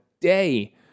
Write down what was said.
day